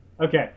Okay